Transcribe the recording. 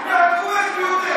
והכובש ביותר,